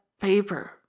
paper